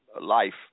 life